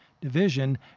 division